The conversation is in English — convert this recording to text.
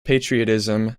patriotism